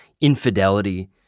infidelity